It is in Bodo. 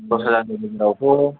दस हाजारनि गेजेरावथ'